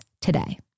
today